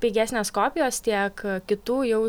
pigesnės kopijos tiek kitų jau